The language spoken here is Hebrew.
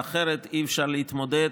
אחרת אי-אפשר להתמודד